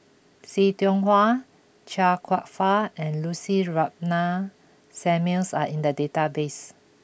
See Tiong Wah Chia Kwek Fah and Lucy Ratnammah Samuels are in the database